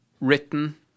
written